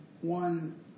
one